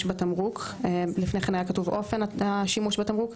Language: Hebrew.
בתמרוק לפני כן היה כתוב אופן השימוש בתמרוק.